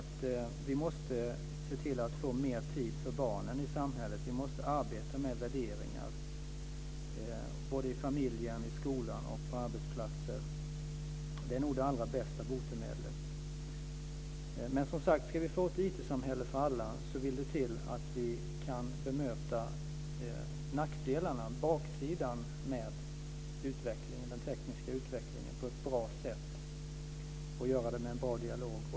Vi måste se till att få mer tid för barnen i samhället. Vi måste arbeta med värderingar i både familjen och skolan och på arbetsplatser. Det är nog det allra bästa botemedlet. Ska vi få ett IT-samhälle för alla så vill det till att vi kan bemöta nackdelarna med och baksidan av den tekniska utvecklingen på ett bra sätt och med en bra dialog.